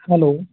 hello